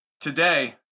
today